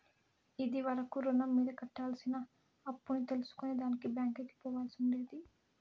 ఇది వరకు రుణం మీద కట్టాల్సిన అప్పుని తెల్సుకునే దానికి బ్యాంకికి పోవాల్సి ఉండేది